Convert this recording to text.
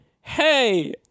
hey